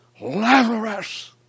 Lazarus